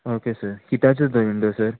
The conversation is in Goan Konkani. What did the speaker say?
ओके सर किद्याचेर दोरू जाय सर